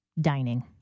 dining